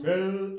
Tell